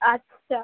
আচ্ছা